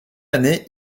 année